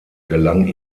gelang